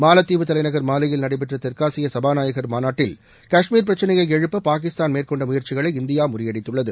மாலத்தீவு தலைநகர் மாலே யில் நடைபெற்ற தெற்காசிய சுபாநாயகர்கள் மாநாட்டில் கஷ்மீர் பிரச்சினையை எழுப்ப பாகிஸ்தான் மேற்கொண்ட முயற்சிகளை இந்தியா முறியடித்துள்ளது